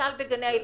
למשל בגני הילדים.